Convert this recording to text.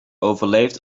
overleefd